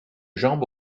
jambe